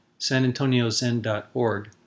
sanantoniozen.org